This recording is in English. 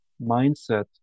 mindset